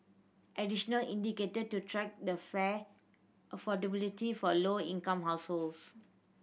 additional indicator to track the fare affordability for low income households